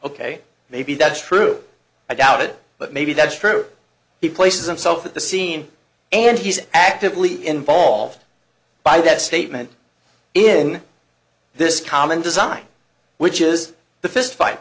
ok maybe that's true i doubt it but maybe that's true he places himself at the scene and he's actively involved by that statement in this common design which is the fist fight